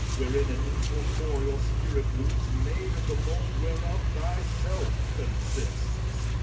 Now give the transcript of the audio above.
wherein an incorporeal spirit moves, made of the mould whereof thyself consists,